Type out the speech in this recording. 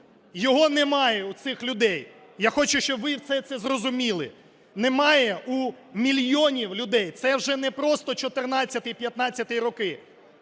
Його немає у цих людей. Я хочу, щоб ви всі це зрозуміли. Немає у мільйонів людей. Це вже не просто 2014-2015 роки,